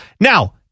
Now